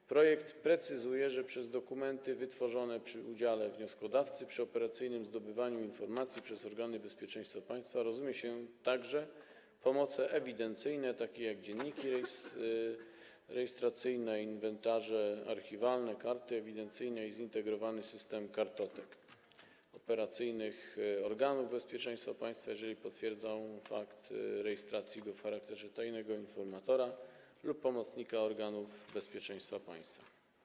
W projekcie sprecyzowano: „Przez dokumenty wytworzone przy udziale wnioskodawcy przy operacyjnym zdobywaniu informacji przez organy bezpieczeństwa państwa rozumie się także pomoce ewidencyjne, takie jak dzienniki rejestracyjne, inwentarze archiwalne, karty ewidencyjne i Zintegrowany System Kartotek Operacyjnych organów bezpieczeństwa państwa, jeżeli potwierdzają fakt rejestracji go w charakterze tajnego informatora lub pomocnika organów bezpieczeństwa państwa”